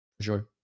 sure